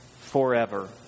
forever